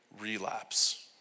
relapse